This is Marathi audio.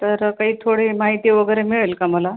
तर काही थोडी माहिती वगैरे मिळेल का मला